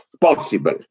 possible